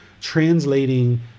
translating